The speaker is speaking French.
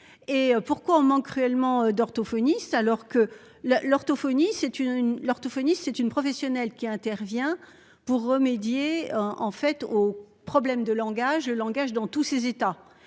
et pourquoi on manque cruellement d'orthophonistes alors que la l'orthophonie, c'est une l'orthophoniste. C'est une professionnelle qui intervient pour remédier en fait aux problèmes de langage, le langage dans tous ses états.